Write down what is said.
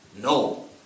No